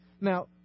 Now